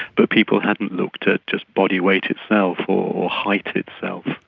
but people hadn't looked at just body weight itself or height itself.